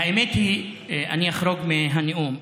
האמת היא, אני אחרוג מהנאום,